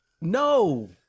No